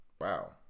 wow